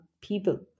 people